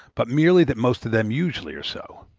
but merely that most of them usually are so.